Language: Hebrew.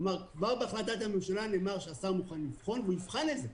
כלומר כבר בהחלטת הממשלה נאמר שהשר מוכן לבחון והוא יבחן את זה.